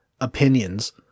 opinions